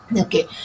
Okay